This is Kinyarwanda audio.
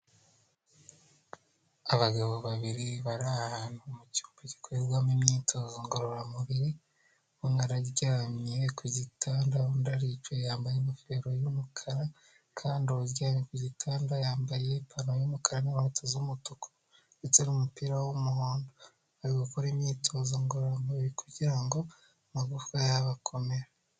Abagabo babiri bari mu cyumba gikorerwamo imyitozo ngororamubiri, umwe araryamye ku gitanda undi aricaye yambaye ingofero y'umukara kandi uwuryamye ku gitanda yambaye ipantaro y'umukara n'inkweto z'umutuku ndetse n'umupira w'umuhondo, bari gukora imyitozo ngororamubiri kugira ngo amagufwa yabo akomere.